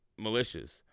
militias